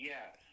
Yes